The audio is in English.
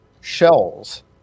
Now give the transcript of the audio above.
shells